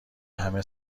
همه